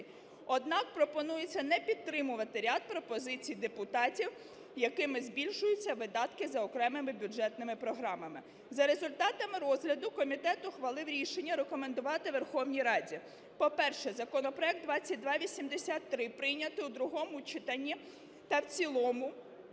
Однак пропонується не підтримувати ряд пропозицій депутатів, якими збільшується видатки за окремими бюджетними програмами. За результатами розгляду комітет ухвалив рішення рекомендувати Верховній Раді: по-перше, законопроект 2283 прийняти у другому читанні та в цілому